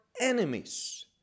enemies